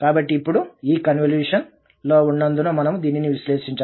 కాబట్టి ఇప్పుడు ఈ కన్వల్యూషన్ ఉన్నందున మనము దీనిని విశ్లేషించవచ్చు